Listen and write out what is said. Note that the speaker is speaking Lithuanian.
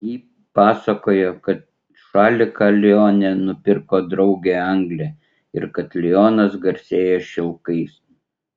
ji pasakoja kad šaliką lione nupirko draugė anglė ir kad lionas garsėja šilkais